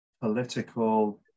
political